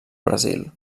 brasil